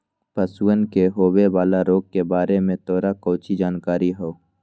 पशुअन में होवे वाला रोग के बारे में तोरा काउची जानकारी हाउ?